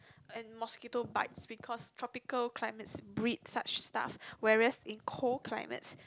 and mosquito bites because tropical climate bring such stuff whereas in cool climate